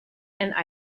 and